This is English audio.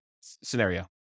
scenario